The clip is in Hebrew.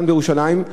כאן בירושלים,